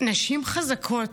נשים חזקות,